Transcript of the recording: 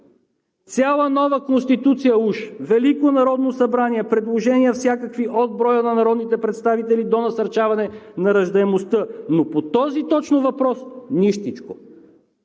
Цяла нова Конституция уж, Велико народно събрание, предложения всякакви – от броя на народните представители до насърчаването на раждаемостта, но точно по този въпрос – нищичко.